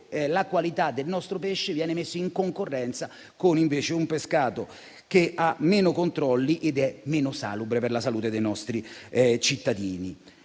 la qualità del nostro pesce viene messa in concorrenza con un pescato che ha meno controlli ed è meno salubre per la salute dei nostri cittadini.